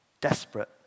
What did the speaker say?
desperate